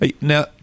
Now